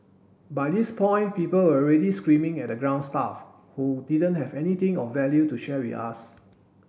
by this point people were already screaming at the ground staff who didn't have anything of value to share with us